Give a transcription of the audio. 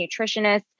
nutritionists